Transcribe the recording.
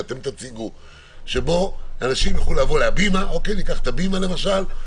שבו אנשים יוכלו להבימה למשל,